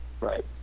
Right